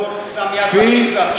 אני מודה שכחלון שם יד בכיס ועשה את זה.